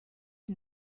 and